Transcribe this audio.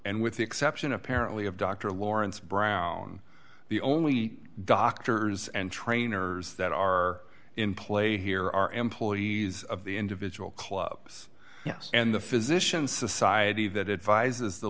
and with the exception apparently of dr lawrence brown the only doctors and trainers that are in play here are employees of the individual clubs and the physicians society that advises the